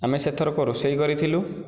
ଆମେ ସେଥରକ ରୋଷେଇ କରିଥିଲୁ